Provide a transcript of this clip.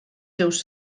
seus